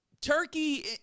turkey